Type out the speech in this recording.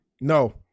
No